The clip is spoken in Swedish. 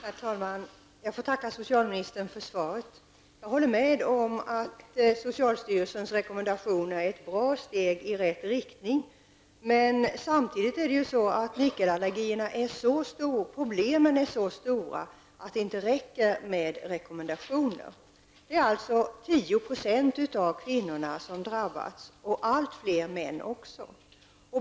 Herr talman! Jag tackar socialministern för svaret. Jag håller med om att socialstyrelsens rekommendationer är ett bra steg i rätt riktning. Men samtidigt är problemen med nickelallergierna så stora att det inte räcker med rekommendationer. 10 % av kvinnorna drabbas, och allt fler män.